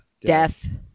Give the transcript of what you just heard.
Death